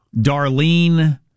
Darlene